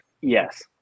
Yes